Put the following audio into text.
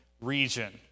region